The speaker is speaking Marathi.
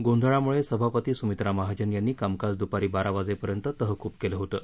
गोंधळामुळे सभापती सुमित्रा महाजन यांनी कामकाज द्पारी बारा वाजेपर्यंत तहकुब केलं होतं